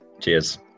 Cheers